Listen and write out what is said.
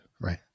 right